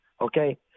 Okay